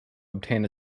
obtain